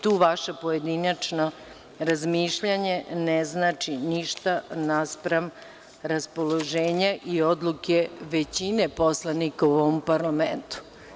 Tu vaše pojedinačno razmišljanje ne znači ništa naspram raspoloženja i odluke većine poslanika u ovom parlamentu.